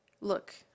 look